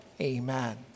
Amen